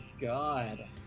god